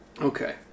Okay